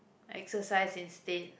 exercise instead